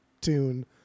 tune